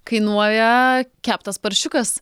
kainuoja keptas paršiukas